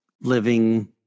living